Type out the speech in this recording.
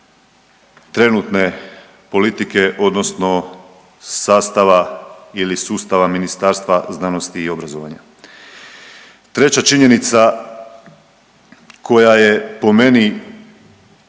trenutne politike odnosno sastava ili sustava Ministarstva znanosti i obrazovanja. Treća činjenica koja je po meni,